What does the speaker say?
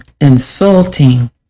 insulting